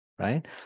right